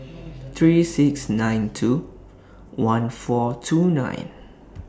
three six nine two one four two nine